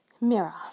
Mirror